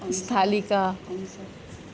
स्थालिका